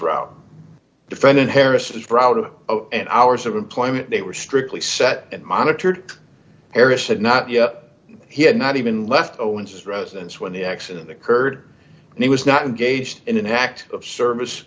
route defendant harris is proud of and hours of employment they were strictly set and monitored paris had not yet he had not even left owens residence when the accident occurred and he was not engaged in an act of service